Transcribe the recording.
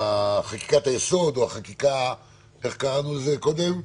חקיקת היסוד, איך קראנו לזה קודם?